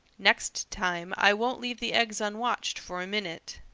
next time i won't leave the eggs unwatched for a minute.